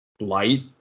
light